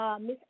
Miss